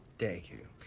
thank you.